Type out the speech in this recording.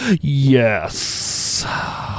yes